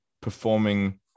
performing